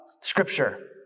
Scripture